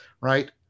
right